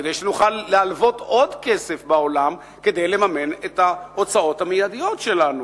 כדי שנוכל ללוות עוד כסף בעולם כדי לממן את ההוצאות המיידיות שלנו.